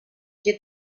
qui